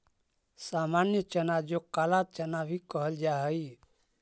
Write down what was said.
सामान्य चना जो काला चना भी कहल जा हई